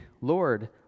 Lord